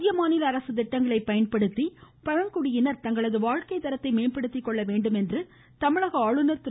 மத்திய மாநில அரசு திட்டங்களை பயன்படுத்தி பழங்குடியினர் தங்களது வாழ்க்கை தரத்தை மேம்படுத்திக் கொள்ள வேண்டும் என தமிழக ஆளுநர் திரு